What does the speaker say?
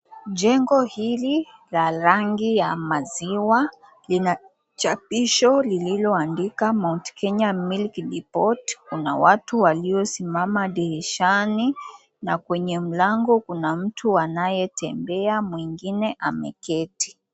Jengo hili la rangi ya maziwa lina chapisho lioandika Mount Kenya Milk Depot kuna watu walio simama dirishani na kwenye mlango kuna mtu anaye tembea mwengine ameketi.